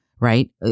right